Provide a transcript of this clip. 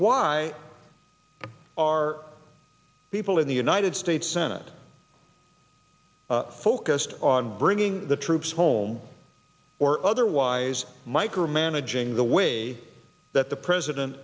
why are people in the united states senate focused on bringing the troops home or otherwise micromanaging the way that the president